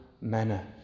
manner